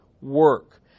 work